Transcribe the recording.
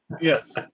Yes